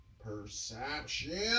Perception